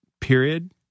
Period